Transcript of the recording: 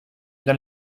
bien